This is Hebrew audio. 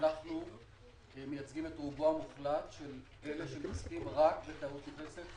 אנחנו מייצגים את רובו המוחלט של אלה שמתעסקים רק בתיירות נכנסת,